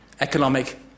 economic